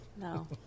No